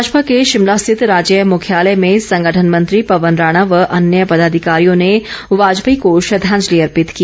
भाजपा के शिमला स्थित राज्य मुख्यालय में संगठन मंत्री पवन राणा व अन्य पदाधिकारियों ने वाजपेयी को श्रद्वांजलि अर्पित की